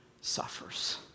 suffers